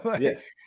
Yes